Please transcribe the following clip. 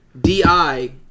D-I